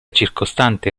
circostante